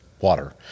water